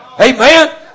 Amen